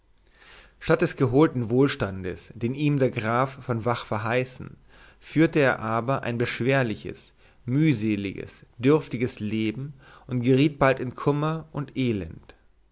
statt des geholten wohlstandes den ihm der graf von vach verheißen führte er aber ein beschwerliches mühseliges dürftiges leben und geriet bald in kummer und elend